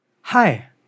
Hi